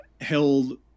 held